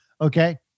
Okay